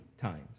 times